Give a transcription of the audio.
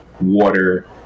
water